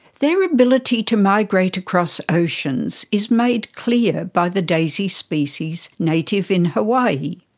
their ability to migrate across oceans is made clear by the daisy species native in hawaii.